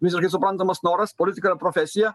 visiškai suprantamas noras politika yra profesija